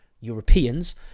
Europeans